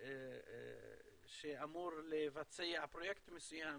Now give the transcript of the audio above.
שאמור לבצע פרויקט מסוים